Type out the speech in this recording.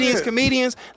comedians